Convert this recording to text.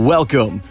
Welcome